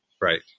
Right